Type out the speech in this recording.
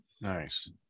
Nice